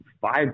five